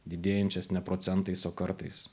didėjančias ne procentais o kartais